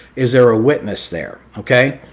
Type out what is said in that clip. is there a witness there? okay?